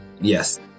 Yes